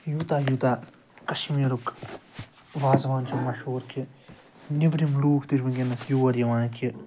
یوٗتاہ یوٗتاہ کشمیٖرُک وازوان چھِ مشہور کہِ نیٚبرِم لوٗکھ تہِ چھِ وٕنۍکٮ۪نَس یور یِوان کہِ